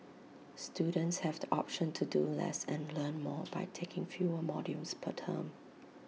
students have the option to do less and learn more by taking fewer modules per term